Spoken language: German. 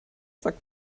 sagt